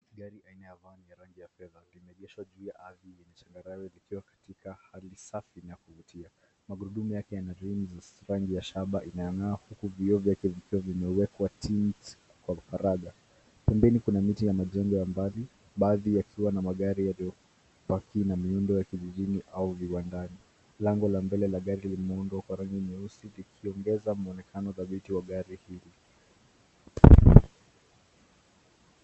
Gari aina ya van ya rangi ya fedha limeegeshwa juu ya ardhi yenye changarawe likiwa katika hali safi na kuvutia. Magurudumu yake yana rims za rangi ya shaba inayong'aa huku vioo vyake vikiwa vimewekwa tint kwa faragha. Pembeni kuna miti na majengo ya mbali, baadhi yakiwa na magari yaliyopaki na miundo ya kijijini au viwandani. Lango la mbele la gari limeundwa kwa rangi nyeusi likiongeza muonekano thabiti wa gari hili.